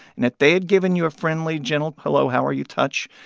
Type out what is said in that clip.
and if they had given you a friendly, gentle hello-how-are-you touch,